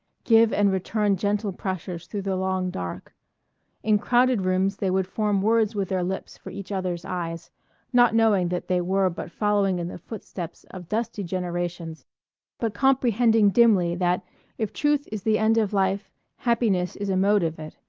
give and return gentle pressures through the long dark in crowded rooms they would form words with their lips for each other's eyes not knowing that they were but following in the footsteps of dusty generations but comprehending dimly that if truth is the end of life happiness is a mode of it,